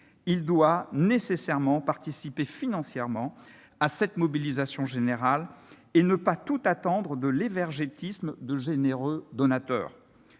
Il doit nécessairement participer financièrement à cette mobilisation générale et ne pas tout attendre de l'évergétisme de généreux donateurs.